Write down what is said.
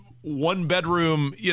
one-bedroom